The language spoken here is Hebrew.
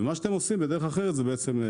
ומה שאתם עושים בדרך אחרת זה בעצם,